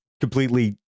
completely